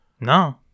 no